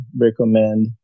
recommend